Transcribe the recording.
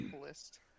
list